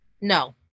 No